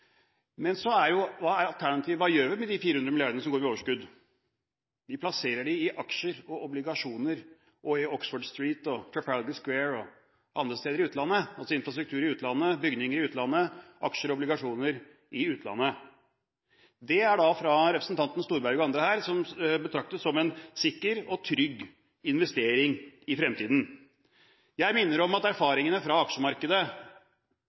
Men hva er alternativet, hva gjør vi med de 400 milliardene som vi går med overskudd? Vi plasserer dem i aksjer og obligasjoner og i Oxford Street og Trafalgar Square og andre steder i utlandet – altså infrastruktur i utlandet, bygninger i utlandet, aksjer og obligasjoner i utlandet. Det er da av representanten Storberget og andre her betraktet som en sikker og trygg investering i fremtiden. Jeg minner om erfaringene fra aksjemarkedet,